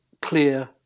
clear